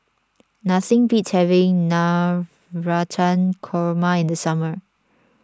nothing beats having Navratan Korma in the summer